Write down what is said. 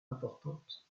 importante